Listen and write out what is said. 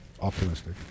optimistic